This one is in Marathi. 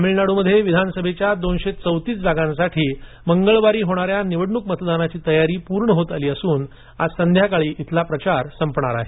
तमिळनाड्रमध्ये विधानसभेच्या दोनशे चौतीस जागांसाठी मंगळवारी होणाऱ्या निवडणुक मतदानाची तयारी पूर्ण होत आली असून आज संध्याकाळी प्रचार संपणार आहे